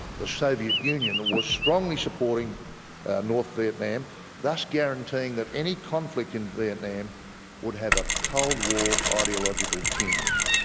the soviet union was strongly supporting north vietnam thus guaranteeing that any conflict in vietnam would have a cold war ideological tinge.